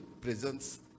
presence